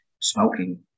smoking